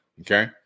okay